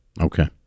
Okay